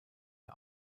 der